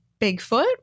Bigfoot